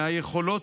מהיכולות,